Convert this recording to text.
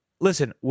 Listen